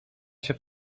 się